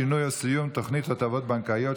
שינוי או סיום תוכנית הטבות בנקאית),